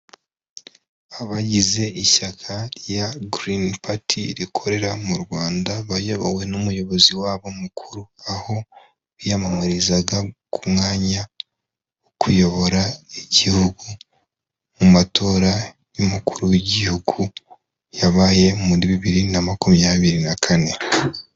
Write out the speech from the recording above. Abagize ishyaka rya girini pati rikorera mu Rwanda bayobowe n'umuyobozi wabo mukuru, aho biyamamarizaga ku mwanya wo kuyobora igihugu mu matora y'umukuru w'igihugu yabaye muri bibiri na makumyabiri na kane.